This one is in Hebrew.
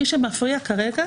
מי שמפריע כרגע